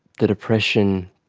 the depression,